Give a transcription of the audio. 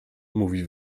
mówi